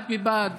בד בבד,